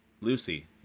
Lucy